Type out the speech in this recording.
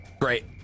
Great